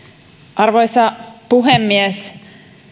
arvoisa puhemies